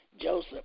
Joseph